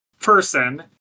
person